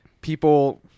People